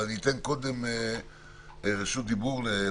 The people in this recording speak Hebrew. אבל אתן קודם רשות דיבור לפרופ'